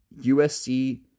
USC